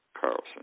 Carlson